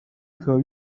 ikaba